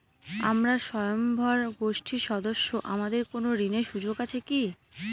আমরা স্বয়ম্ভর গোষ্ঠীর সদস্য আমাদের কোন ঋণের সুযোগ আছে কি?